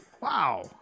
wow